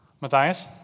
Matthias